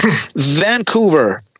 Vancouver